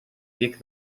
bieg